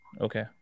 Okay